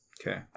Okay